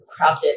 crafted